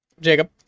Jacob